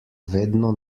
vedno